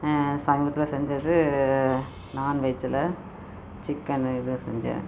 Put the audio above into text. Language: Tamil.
சமீபத்தில் செஞ்சது நான்வெஜ்ஜில் சிக்கன் இது செஞ்சேன்